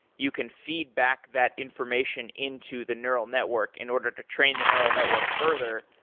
you can feedback that information into the neural network in order to train the neural network further.